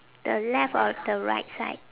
the left or the right side